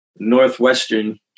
Northwestern